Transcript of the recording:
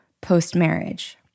post-marriage